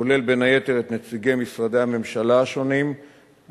הכולל בין היתר את נציגי משרדי הממשלה הרלוונטיים,